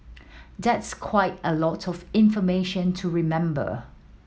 that's quite a lot of information to remember